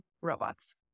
robots